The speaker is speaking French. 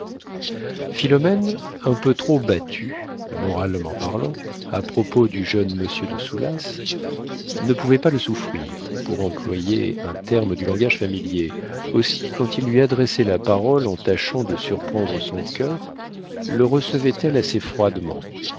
philomène un peu trop battue moralement parlant à propos du jeune monsieur de soulas ne pouvait pas le souffrir pour employer un terme du langage familier aussi quand il lui adressait la parole en tâchant de surprendre son coeur le recevait elle assez froidement